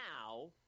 now